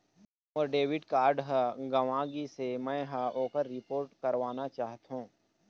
मोर debit card ह गंवा गिसे, मै ह ओकर रिपोर्ट करवाना चाहथों